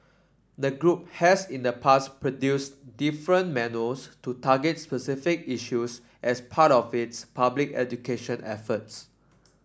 the group has in the past produced different manuals to target specific issues as part of its public education efforts